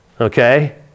Okay